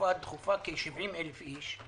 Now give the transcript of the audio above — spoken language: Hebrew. הרפואה הדחופה כ-70,000 איש,